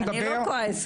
אני לא כועסת.